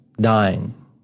dying